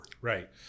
Right